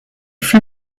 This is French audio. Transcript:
fut